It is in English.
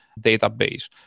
database